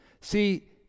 See